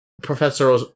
Professor